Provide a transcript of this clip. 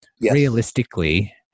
Realistically